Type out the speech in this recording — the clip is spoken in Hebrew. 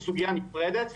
זו סוגיה נפרדת,